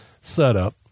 setup